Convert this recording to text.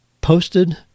posted